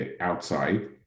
outside